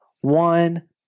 one